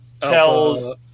tells